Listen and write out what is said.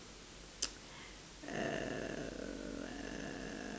uh